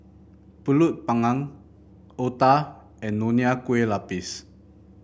pulut Panggang Otah and Nonya Kueh Lapis